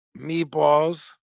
meatballs